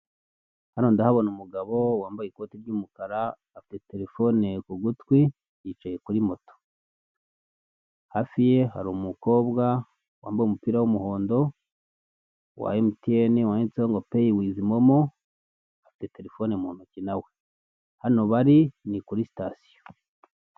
Hano ndahabona umugabo wambaye ikoti ry'umukara, afite telefone ku gutwi, yicaye kuri moto. Hafi ye hari umukobwa wambaye umupira w'umuhondo wa Emutiyeni wanditseho ngo peyi wivu momo, afite telefone mu ntoki na we. Hano bari ni kuri sitasiyo.